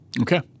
Okay